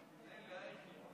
אני לא יודע אם אני צריך לעמוד פה